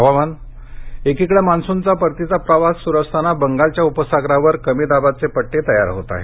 हवामान एकिकडे मान्सूनचा परतीचा प्रवास सुरू असताना बंगालच्या उपसागरावर कमी दाबाचे पट्टे तयार होत आहेत